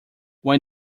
when